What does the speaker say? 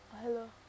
hello